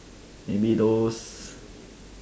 maybe those